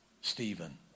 Stephen